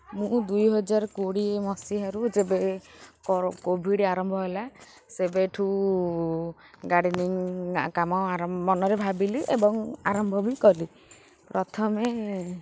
ମୁଁ ଦୁଇ ହଜାର କୋଡ଼ିଏ ମସିହାରୁ ଯେବେ କୋଭିଡ଼୍ ଆରମ୍ଭ ହେଲା ସେବେଠୁ ଗାର୍ଡ଼େନିଂ କାମ ମନରେ ଭାବିଲି ଏବଂ ଆରମ୍ଭ ବି କଲି ପ୍ରଥମେ